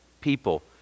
people